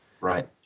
Right